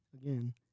again